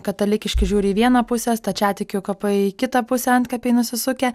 katalikiški žiūri į vieną pusę stačiatikių kapai į kitą pusę antkapiai nusisukę